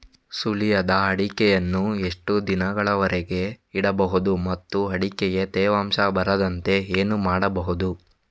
ಸುಲಿಯದ ಅಡಿಕೆಯನ್ನು ಎಷ್ಟು ದಿನಗಳವರೆಗೆ ಇಡಬಹುದು ಮತ್ತು ಅಡಿಕೆಗೆ ತೇವಾಂಶ ಬರದಂತೆ ಏನು ಮಾಡಬಹುದು?